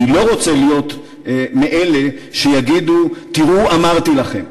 אני לא רוצה להיות מאלה שיגידו: תראו, אמרתי לכם.